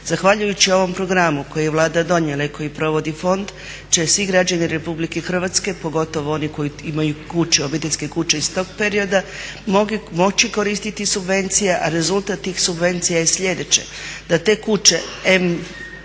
Zahvaljujući ovom programu koji je Vlada donijela i koji provodi fond će svi građani Republike Hrvatske, pogotovo oni koji imaju kuće, obiteljske kuće iz tog perioda moći koristiti subvencije a rezultat tih subvencija je sljedeće da te kuće em